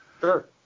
Sure